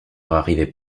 arrivait